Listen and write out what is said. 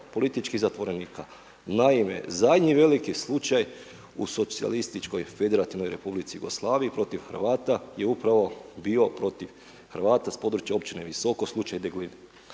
političkih zatvorenika. Naime, zadnji veliki slučaj u socijalističkoj federativnoj republici Jugoslaviji protiv Hrvata je upravo bio protiv Hrvata s područja općine Visoko slučaj …/Govornik